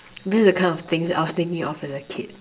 this is the kind of things that I was thinking of as a kid